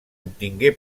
obtingué